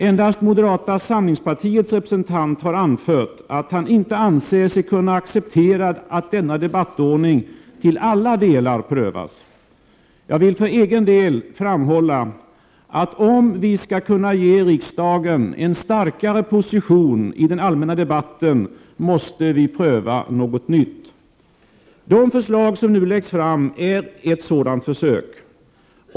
Endast moderata samlingspartiets representant har anfört att han inte anser sig kunna acceptera att denna debattordning till alla delar prövas. Jag vill för egen del framhålla att om vi skall kunna ge riksdagen en starkare position i den allmänna debatten måste vi pröva något nytt. Det förslag, som nu läggs fram är ett sådant försök.